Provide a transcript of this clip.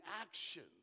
actions